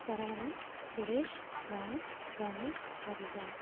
Saravanan Suresh Ram Ganesh Kavitha